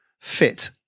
fit